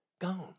Gone